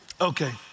Okay